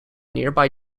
nearby